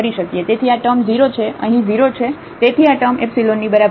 તેથી આ ટૅમ 0 જે અહીં 0 છે તેથી આ ટૅમ એપ્સીલોનની બરાબર છે